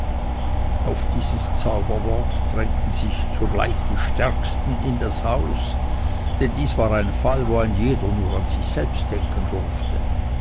auf dieses zauberwort drängten sich sogleich die stärksten in das haus denn dies war ein fall wo ein jeder nur an sich selbst denken durfte